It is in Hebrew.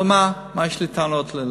אבל מה, מה יש לי טענות ללפיד?